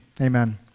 amen